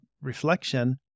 reflection